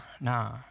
Nah